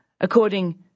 according